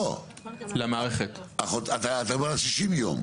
לא, אתה מדבר על 60 יום?